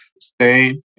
stay